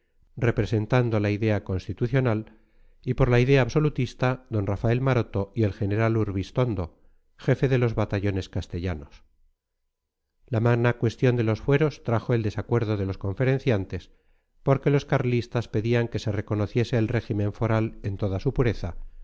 representado la idea constitucional y por la idea absolutista d rafael maroto y el general urbistondo jefe de los batallones castellanos la magna cuestión de los fueros trajo el desacuerdo de los conferenciantes porque los carlistas pedían que se reconociese el régimen foral en toda su pureza